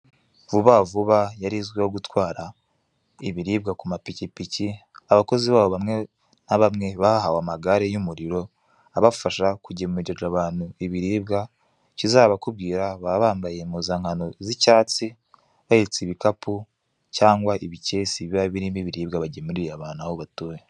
Vubavuba yari izwiho gutwara ibiribwa kuma pikipiki abakozi babo bamwe nabamwe bahawe amagare y'umuriro abafasha kugemurira abantu ibiribwa, ikizabakubwira baba bambaye impuzankano z'icyatsi bahetse ibikapu cyangwa ibikesi birimo ibiribwa bagemuriye abantu aho batuye.